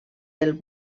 del